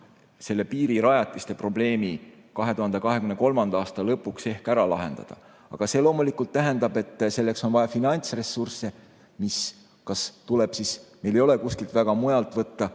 piirirajatiste probleemi 2023. aasta lõpuks ehk ära lahendada. Aga see loomulikult tähendab, et selleks on vaja finantsressursse, mida meil ei ole kuskilt väga võtta.